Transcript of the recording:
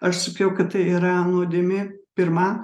aš sakiau kad tai yra nuodėmė pirma